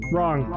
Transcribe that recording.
Wrong